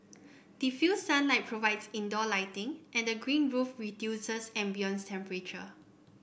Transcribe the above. diffused sunlight provides indoor lighting and the green roof reduces ambient temperature